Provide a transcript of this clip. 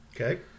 Okay